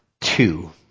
two